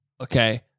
Okay